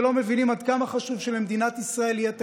שלא מבין עד כמה חשוב שלמדינת ישראל יהיה תקציב.